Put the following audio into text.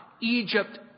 Egypt